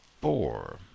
four